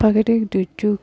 প্ৰকৃতিক দুৰ্যোগ